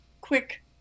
quick